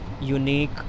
unique